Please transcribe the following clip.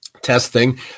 testing